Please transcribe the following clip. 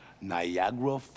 Niagara